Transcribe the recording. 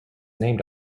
named